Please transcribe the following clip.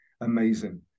amazing